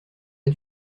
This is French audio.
pas